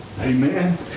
Amen